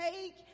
take